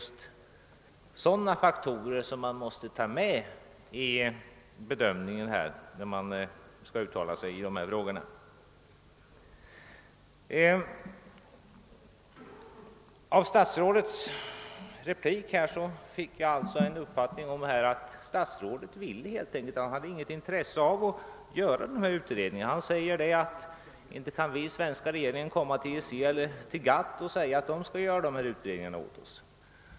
Sådana faktorer måste man ta med i bedömningen när man uttalar sig i de här frågorna. Av statsrådets replik fick jag den uppfattningen att statsrådet helt enkelt inte har något intresse av att göra dessa utredningar. Han säger att den svenska regeringen inte kan komma till EEC eller GATT och begära att de skall göra utredningar åt oss.